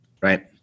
Right